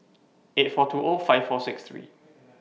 eight four two five four six three